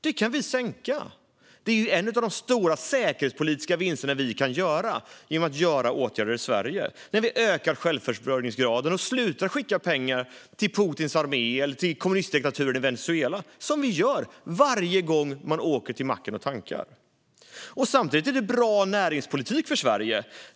En av de stora säkerhetspolitiska vinster vi kan göra är att vidta åtgärder i Sverige, att öka självförsörjningsgraden och sluta skicka pengar till Putins armé eller till kommunistdiktaturen i Venezuela, som vi gör varje gång vi åker till macken och tankar. Samtidigt är det bra näringspolitik för Sverige.